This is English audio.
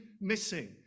missing